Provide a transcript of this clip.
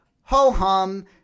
ho-hum